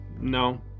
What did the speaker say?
no